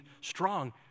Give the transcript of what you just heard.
strong